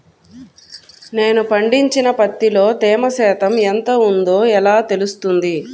నేను పండించిన పత్తిలో తేమ శాతం ఎంత ఉందో ఎలా తెలుస్తుంది?